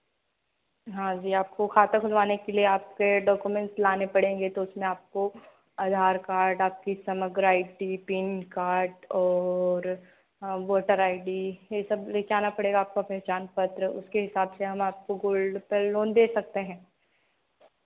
हाँ जी आपको खाता खुलवाने के लिए आपके डॉक्यूमेंट्स लाने पड़ेंगे तो उसमें आपको आधार कार्ड आपकी Samagra I D PAN card और वोटर आई डी ये सब लेकर आना पड़ेगा आपका पहचान पत्र उसके हिसाब से हम आपको गोल्ड पर लोन दे सकते हैं